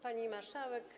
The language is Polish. Pani Marszałek!